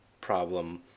problem